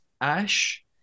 Ash